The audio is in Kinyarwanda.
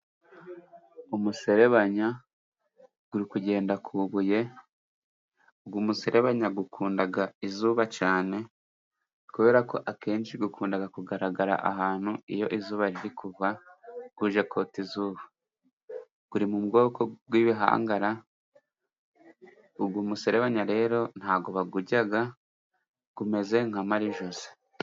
Umuserebanya uri kugenda ku ibuye, uyu muserebanya ukunda izuba cyane, kubera ko akenshi ukunda kugaragara ahantu iyo izuba riri kuva, uje kota izuba. Uri mu bwoko bw'ibihangara, uyu muserebanya rero ntago bawurya, umeze nka marijosi.